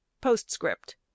postscript